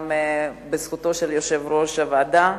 גם בזכותו של יושב-ראש הוועדה.